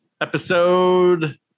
episode